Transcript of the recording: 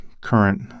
current